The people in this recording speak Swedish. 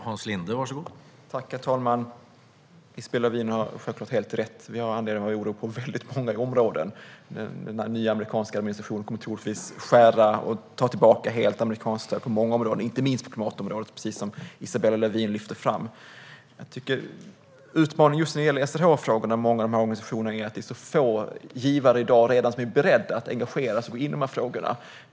Herr talman! Isabella Lövin har självklart helt rätt. Vi har anledning att hysa oro på väldigt många områden. Den nya amerikanska administrationen kommer troligtvis att skära ned och helt ta tillbaka amerikanskt stöd på många områden. Det gäller inte minst på klimatområdet, precis som Isabella Lövin lyfter fram. Utmaningen när det gäller SRHR-frågorna och många av organisationerna är att det i dag redan är så få givare som är beredda att engagera sig och gå in i frågorna.